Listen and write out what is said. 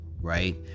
right